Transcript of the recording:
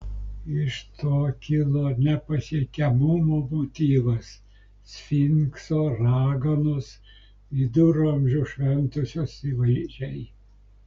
iš to kilo nepasiekiamumo motyvas sfinkso raganos viduramžių šventosios įvaizdžiai